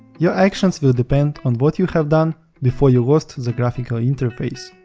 your actions will depend on what you have done before you lost the graphical interface,